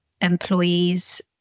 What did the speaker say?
employees